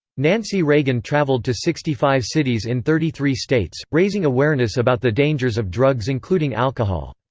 nancy reagan traveled to sixty five cities in thirty three states, raising awareness about the dangers of drugs including alcohol.